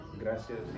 gracias